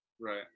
Right